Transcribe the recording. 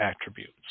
attributes